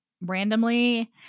randomly